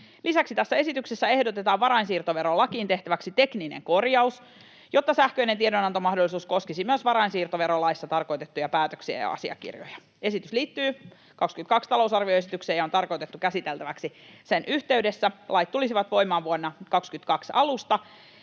Lisäksi tässä esityksessä ehdotetaan varainsiirtoverolakiin tehtäväksi tekninen korjaus, jotta sähköinen tiedonantomahdollisuus koskisi myös varainsiirtoverolaissa tarkoitettuja päätöksiä ja asiakirjoja. Esitys liittyy vuoden 22 talousarvioesitykseen ja on tarkoitettu käsiteltäväksi sen yhteydessä. Lait tulisivat voimaan vuoden 22 alusta,